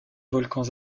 volcans